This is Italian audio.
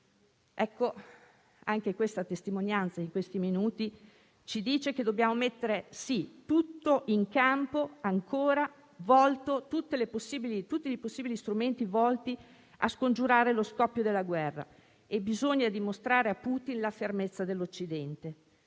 Ecco anche questa testimonianza negli ultimi minuti ci dice che dobbiamo mettere in campo tutti i possibili strumenti volti a scongiurare lo scoppio della guerra. Bisogna dimostrare a Putin la fermezza dell'Occidente.